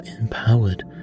empowered